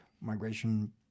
migration